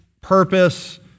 purpose